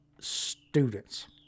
students